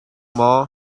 maw